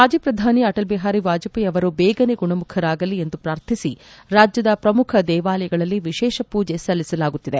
ಮಾಜಿ ಪ್ರಧಾನಿ ಅಟಲ್ ಬಿಹಾರಿ ವಾಜಪೇಯಿ ಅವರು ಬೇಗನೆ ಗುಣಮುಖರಾಗಲಿ ಎಂದು ಪ್ರಾರ್ಥಿಸಿ ರಾಜ್ಯದ ಪ್ರಮುಖ ದೇವಾಲಯಗಳಲ್ಲಿ ವಿಶೇಷ ಪೂಜೆ ಸಲಿಸಲಾಗುತ್ತಿದೆ